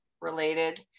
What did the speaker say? related